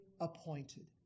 appointed